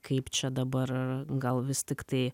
kaip čia dabar gal vis tiktai